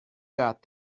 got